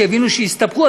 כשהבינו שהסתבכו,